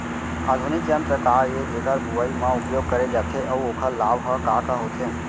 आधुनिक यंत्र का ए जेकर बुवाई म उपयोग करे जाथे अऊ ओखर लाभ ह का का होथे?